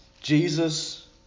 Jesus